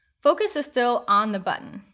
focus is still on the button.